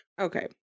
Okay